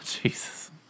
Jesus